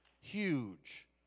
huge